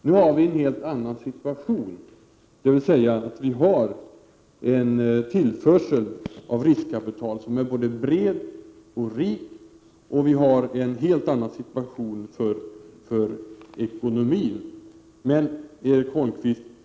Nu är det en helt annan situation, dvs. det sker en tillförsel av riskkapital som är både bred och rik.